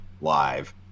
live